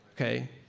okay